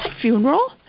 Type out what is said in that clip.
funeral